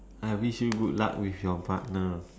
I wish you good luck with your partner